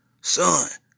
Son